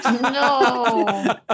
no